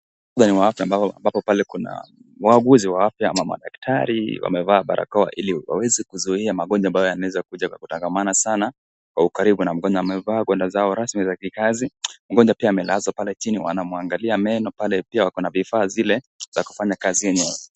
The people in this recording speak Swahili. Ambapo pale kuna wauguzi wa afya ama madakatari wamevaa barakoa iliwaweze kuzuia magonjwa ambayo yanayoweza kuja kwa kutangamana sana kwa ukaribu na mgonjwa . Wamevaa gwanda zao rasmi za kikazi , mgonjwa pia amelazwa pale chini wanamwangalia meno pale pia wako na vifaa zile za kufanya kazini.